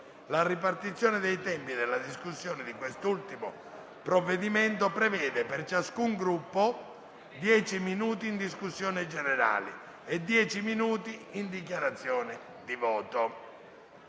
La ripartizione dei tempi della discussione di quest'ultimo provvedimento prevede per ciascun Gruppo dieci minuti in discussione generale e dieci minuti in dichiarazione di voto.